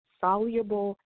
soluble